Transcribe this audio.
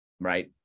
Right